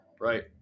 right